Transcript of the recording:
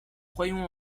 croyons